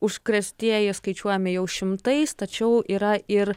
užkrėstieji skaičiuojami jau šimtais tačiau yra ir